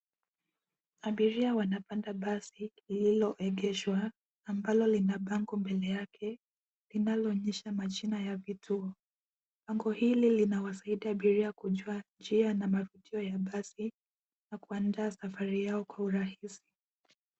Abiria wanapanda basi lililoegeshwa, ambalo lina bango mbele yake, linalo onyesha majina ya vituo. bango hili linawasaidia abiria kujua njia na mavutio ya basi na kuandaa safari yao kwa urahisi.